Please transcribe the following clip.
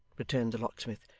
returned the locksmith,